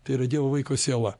tai yra dievo vaiko siela